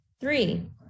Three